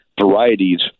varieties